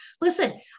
Listen